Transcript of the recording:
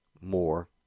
more